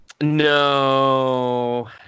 No